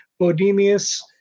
Bodemius